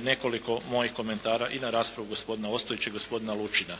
nekoliko mojih komentara i na raspravu gospodina Ostojića i gospodina Lučina.